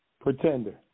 Pretender